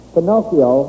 Pinocchio